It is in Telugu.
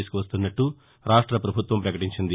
తీసుకువస్తున్నట్లు రాష్ట్రవభుత్వం వకటించింది